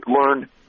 learn